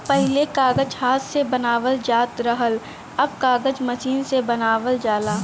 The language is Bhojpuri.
पहिले कागज हाथ से बनावल जात रहल, अब कागज मसीन से बनावल जाला